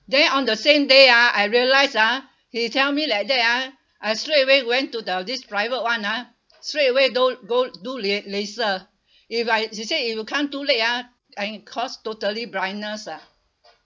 then on the same day ah I realise ah he tell me like that ah I straight away went to the this private [one] ah straight away go go do la~ laser if I he say if you come too late ah and it cause totally blindness lah